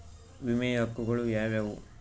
ವಿಮೆಯ ಹಕ್ಕುಗಳು ಯಾವ್ಯಾವು?